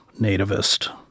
nativist